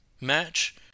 match